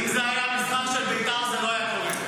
אם זה היה משחק של בית"ר, זה לא היה קורה.